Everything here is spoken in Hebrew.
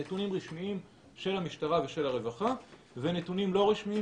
נתונים רשמיים של המשטרה ושל הרווחה ונתונים לא רשמיים,